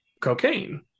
cocaine